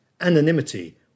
Anonymity